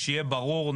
שיהיה ברור,